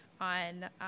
on